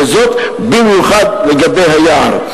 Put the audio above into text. וזאת במיוחד לגבי היער.